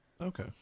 Okay